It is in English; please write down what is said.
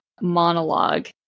monologue